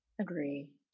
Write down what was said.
Agree